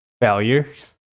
failures